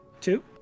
two